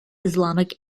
islamic